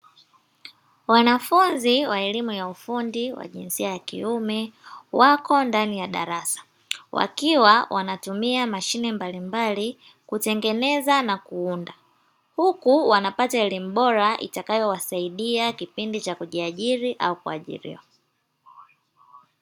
Wanafunzi wa elimu ya ufundi wa jinsia ya kiume, wako ndani ya darasa wakiwa wanatumia mashine mbalimbali. Kutengeneza na kuunda, huku wanapata elimu bora itakayo wasaidia kipindi cha kujiajiri au kuajiriwa.